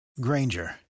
Granger